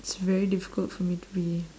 it's very difficult for me to be